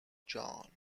john